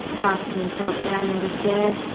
casting himself down in despair.